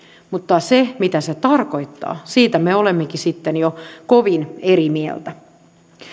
mutta siitä mitä se tarkoittaa me olemmekin sitten jo kovin eri mieltä